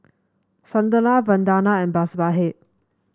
Sunderlal Vandana and Babasaheb